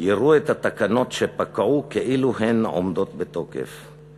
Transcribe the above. יראו את התקנות שפקעו כאילו הן עומדות בתוקף.